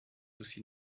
aussi